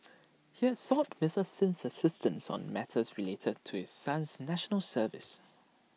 he had sought Mister Sin's assistance on matters related to his son's National Service